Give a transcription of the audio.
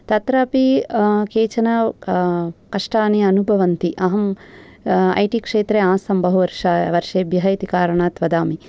तत्र अपि केचन कष्टानि अनुभवन्ति अहम् ऐ टी क्षेत्रे आसं बहु वर्षा वर्षेभ्यः इति कारणात् वदामि